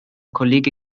kollege